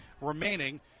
remaining